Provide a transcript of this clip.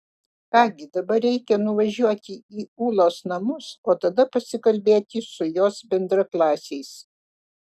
ką gi dabar reikia nuvažiuoti į ūlos namus o tada pasikalbėti su jos bendraklasiais